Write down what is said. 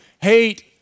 hate